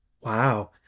wow